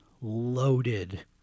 loaded